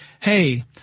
hey